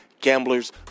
Gamblers